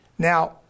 Now